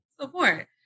Support